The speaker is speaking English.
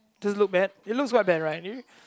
does it look bad it looks quite bad right maybe